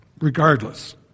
regardless